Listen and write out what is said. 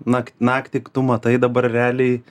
nakt naktį tu matai dabar realiai